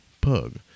pug